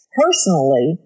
personally